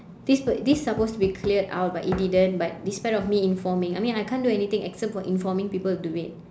this per~ this is supposed to be clear out but it didn't but despite of me informing I mean I can't do anything except for informing people to do it